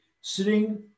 sitting